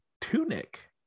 tunic